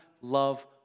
love